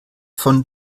von